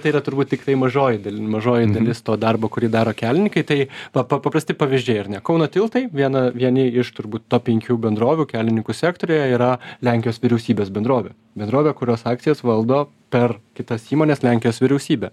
tai yra turbūt tiktai mažoji dal mažoji dalis to darbo kurį daro kelininkai tai pa paprasti pavyzdžiai ar ne kauno tiltai viena vieni iš turbūt top penkių bendrovių kelininkų sektoriuje yra lenkijos vyriausybės bendrovė bendrovė kurios akcijas valdo per kitas įmones lenkijos vyriausybė